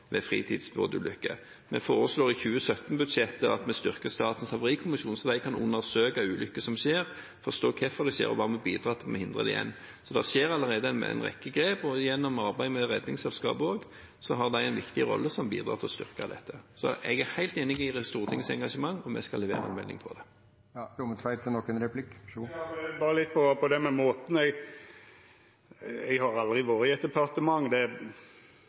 ved fritidsbåtulykker. Vi foreslår i 2017-budsjettet at vi styrker Statens havarikommisjon, slik at de kan undersøke ulykker som skjer, forstå hvorfor de skjer, og hva som vil bidra til å hindre det igjen. Det skjer allerede en rekke grep, og gjennom arbeidet med Redningsselskapet har også de en viktig rolle, som bidrar til å styrke dette. Jeg er helt enig i Stortingets engasjement, og vi skal levere en melding om det. Berre litt om det med måten. Eg har aldri vore i eit departement, ikkje enno, men eg tenkjer: Kan det